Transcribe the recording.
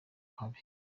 habi